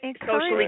socially